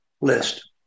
list